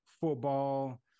football